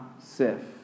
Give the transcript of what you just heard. safe